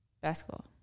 Basketball